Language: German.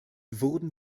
wurden